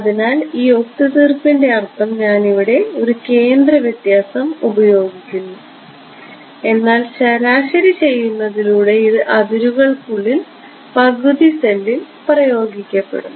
അതിനാൽ ഈ ഒത്തുതീർപ്പിന്റെ അർത്ഥം ഞാൻ ഇവിടെ ഒരു കേന്ദ്ര വ്യത്യാസം ഉപയോഗിക്കുന്നു എന്നാൽ ശരാശരി ചെയ്യുന്നതിലൂടെ ഇത് അതിരുകൾക്കുള്ളിൽ പകുതി സെല്ലിൽ പ്രയോഗിക്കപ്പെടുന്നു